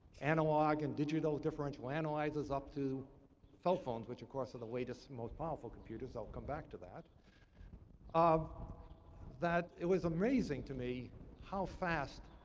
analog and digital differential analyzers up to cell phones, which of course are the latest and most powerful computers i'll come back to that that, it was amazing to me how fast